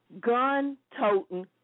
gun-toting